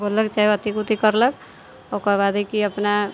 बोललक चाहे अथी उथी करलक ओकरबाद है की अपना